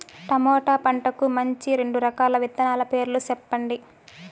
tomato పంటకు మంచి రెండు రకాల విత్తనాల పేర్లు సెప్పండి